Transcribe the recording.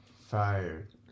fired